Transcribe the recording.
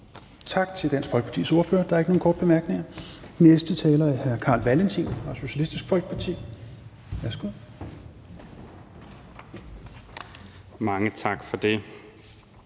Tak til Dansk Folkepartis ordfører. Der er ikke nogen korte bemærkninger. Den næste taler er fru Ina Strøjer-Schmidt fra Socialistisk Folkeparti. Værsgo. Kl.